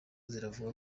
ziravuga